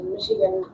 Michigan